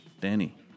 Danny